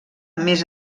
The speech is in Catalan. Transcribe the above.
més